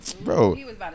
Bro